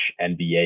NBA